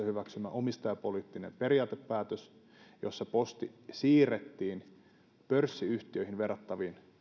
hyväksymänne omistajapoliittinen periaatepäätös jossa posti siirrettiin pörssiyhtiöihin verrattaviin